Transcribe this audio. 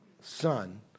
son